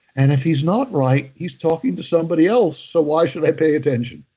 and if he's not right he's talking to somebody else. so why should i pay attention.